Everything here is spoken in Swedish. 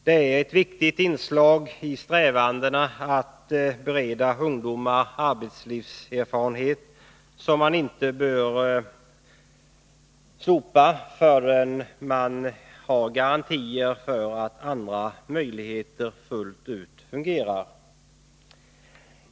Den är ett viktigt inslag i strävandena att bereda ungdomar arbetslivserfarenhet som man inte bör slopa förrän man har garantier för att andra möjligheter fullt ut fungerar.